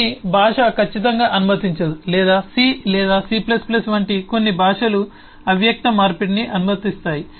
కొన్ని భాష ఖచ్చితంగా అనుమతించదు లేదా సి లేదా C వంటి కొన్ని భాషలు అవ్యక్త మార్పిడిని అనుమతిస్తాయి